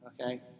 okay